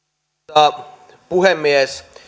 arvoisa puhemies